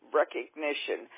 recognition